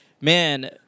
man